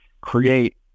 create